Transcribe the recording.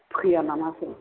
फैया नामासो